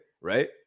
right